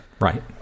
Right